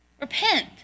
Repent